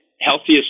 healthiest